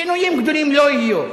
שינויים גדולים לא יהיו,